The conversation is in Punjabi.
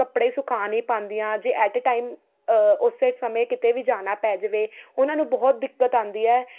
ਕੱਪੜੇ ਸੁੱਕਣੇ ਪਾਉਂਦੀਆਂ ਜੇ ਐਟ ਏ ਟਾਈਮ ਉਸ ਸਮੇਂ ਕਿਤੇ ਵੀ ਜਾਣਾ ਪੈ ਜਾਵੇ ਉਹਨਾਂ ਨੂੰ ਬਹੁਤ ਦਿੱਕਤ ਆਉਂਦੀ ਹੈ